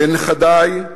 לנכדי,